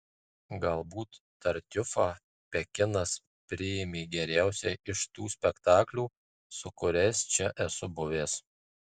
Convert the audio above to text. galbūt tartiufą pekinas priėmė geriausiai iš tų spektaklių su kuriais čia esu buvęs